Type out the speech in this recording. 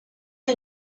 you